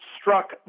struck